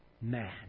man